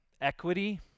equity